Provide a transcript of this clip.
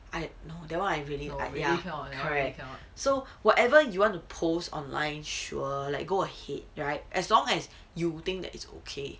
I that one I really ya correct so whatever you want to post online sure like go ahead right as long as you think that it's okay